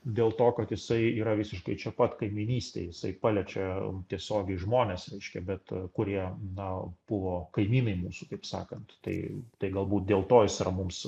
dėl to kad jisai yra visiškai čia pat kaimynystėj jisai paliečia tiesiogiai žmones reiškia bet kurie na buvo kaimynai mūsų kaip sakant tai tai galbūt dėl to jis yra mums